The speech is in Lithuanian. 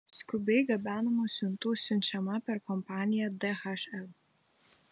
skubiai gabenamų siuntų siunčiama per kompaniją dhl